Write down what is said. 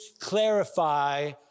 clarify